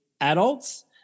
adults